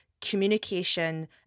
communication